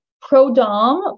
pro-dom